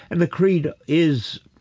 and the creed is,